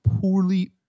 poorly